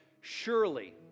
Surely